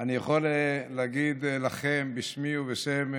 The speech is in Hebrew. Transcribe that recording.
אני יכול להגיד לכם בשמי ובשם,